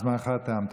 זמנך תם.